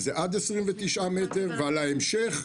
זה עד 29 מטר ועל ההמשך,